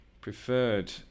preferred